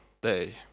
day